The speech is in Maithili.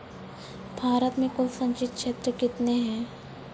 भारत मे कुल संचित क्षेत्र कितने हैं?